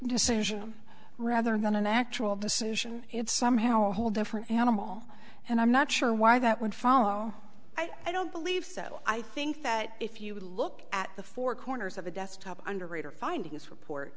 decision rather than an actual decision it's somehow a whole different animal and i'm not sure why that would follow i don't believe so i think that if you look at the four corners of the desktop underwriter finding this report